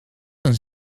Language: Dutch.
een